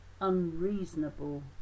unreasonable